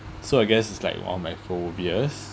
so I guess it's like one of my phobias